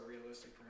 realistic